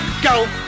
go